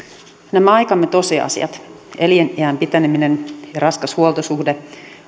nämä aikamme tosiasiat eliniän piteneminen ja raskas huoltosuhde